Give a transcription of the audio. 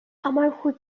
আমাৰ